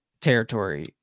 territory